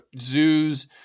zoos